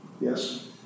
Yes